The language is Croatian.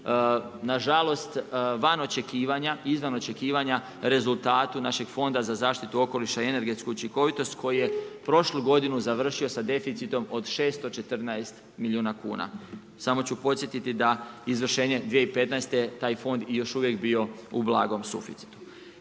očekivanja, izvanočekivanja rezultatu našeg Fonda za zašitutu okoliša i energetsku učinkovitost koji je prošlu godinu završio sa deficitom od 614 milijuna kuna. Samo ću podsjetiti da izvršenje 2015. taj fond je još uvijek bio u blagom suficitu.